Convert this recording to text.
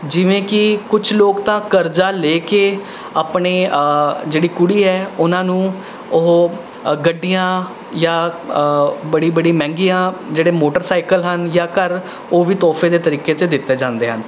ਜਿਵੇਂ ਕਿ ਕੁਛ ਲੋਕ ਤਾਂ ਕਰਜ਼ਾ ਲੈ ਕੇ ਆਪਣੇ ਜਿਹੜੀ ਕੁੜੀ ਹੈ ਉਹਨਾਂ ਨੂੰ ਉਹ ਗੱਡੀਆਂ ਜਾਂ ਬੜੀ ਬੜੀ ਮਹਿੰਗੀਆਂ ਜਿਹੜੇ ਮੋਟਰਸਾਈਕਲ ਹਨ ਜਾਂ ਘਰ ਉਹ ਵੀ ਤੋਹਫ਼ੇ ਦੇ ਤਰੀਕੇ 'ਤੇ ਦਿੱਤੇ ਜਾਂਦੇ ਹਨ